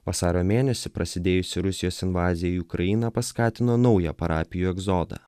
vasario mėnesį prasidėjusi rusijos invazija į ukrainą paskatino naują parapijų egzodą